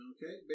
Okay